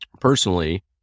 personally